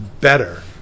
better